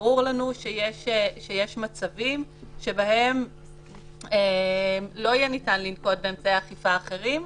ברור לנו שיש מצבים שבהם לא יהיה ניתן לנקוט באמצעי אכיפה אחרים,